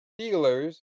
Steelers